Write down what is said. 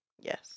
Yes